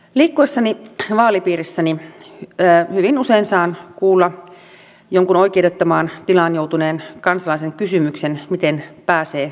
liikkuessani vaalipiirissäni hyvin usein saan kuulla jonkun oikeudettomaan tilaan joutuneen kansalaisen kysymyksen miten pääsee oikeuksiinsa